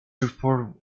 report